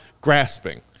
grasping